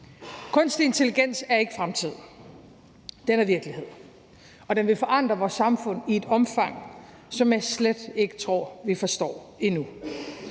Kunstig intelligens er ikke fremtiden; den er virkeligheden. Og den vil forandre vores samfund i et omfang, som jeg slet ikke tror vi forstår endnu.